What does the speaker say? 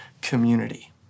community